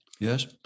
Yes